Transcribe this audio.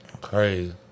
Crazy